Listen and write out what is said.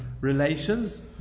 relations